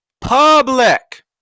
public